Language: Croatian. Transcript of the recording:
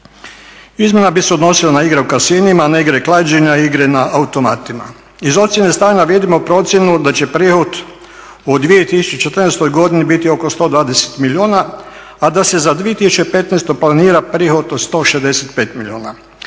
Izmjena bi se odnosila na igrokaz …, na igre klađenja, igre na automatika. Iz ocjene stanja vidimo procjenu da će prihod u 2014. godini biti oko 120 milijuna, a da se za 2015. planira prihod od 165 milijuna